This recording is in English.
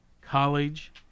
college